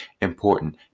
important